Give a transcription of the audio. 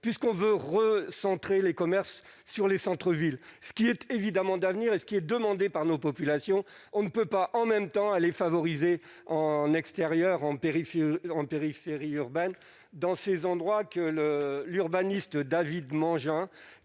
puisqu'on veut re centrer les commerces sur les centre-villes ce qui est évidemment d'avenir et ce qui est demandé par nos populations, on ne peut pas en même temps elle favoriser en extérieur en périphérie en périphérie urbaine dans ces endroits que le l'urbaniste David Mangin